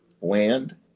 land